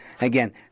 Again